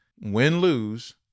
win-lose